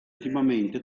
intimamente